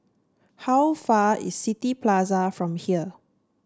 how far away is City Plaza from here